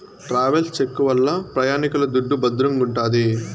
travels cheque వల్ల ప్రయాణికుల దుడ్డు భద్రంగుంటాది